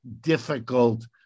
difficult